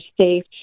safe